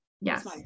yes